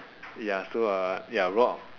ya so uh ya